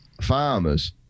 farmers